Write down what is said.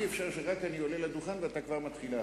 אי-אפשר שרק אני עולה לדוכן ואתה כבר מתחיל להפריע.